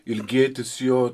ilgėtis jo